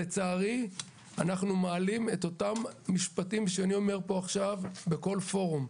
לצערי אנחנו אומרים את אותם משפטים שאני אומר פה עכשיו בכל פורום,